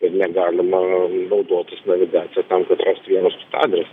ir negalima naudotis navigacija tam kad rast vienas kito adresą